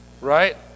Right